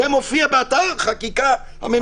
זה מופיע באתר החקיקה הממשלתי.